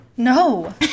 No